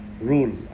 rule